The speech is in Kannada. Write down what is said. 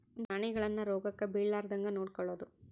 ಪ್ರಾಣಿಗಳನ್ನ ರೋಗಕ್ಕ ಬಿಳಾರ್ದಂಗ ನೊಡಕೊಳದು